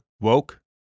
Woke